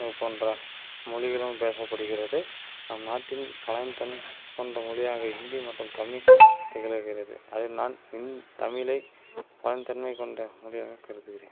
போன்ற மொழிகளும் பேசப்படுகிறது நம் நாட்டின் பழந்தன்மை கொண்ட மொழியாக ஹிந்தி மற்றும் தமிழ் திகழ்கிறது அதில் நான் ஹிந் தமிழை பழந்தன்மை கொண்ட மொழியாக கருதுகிறேன்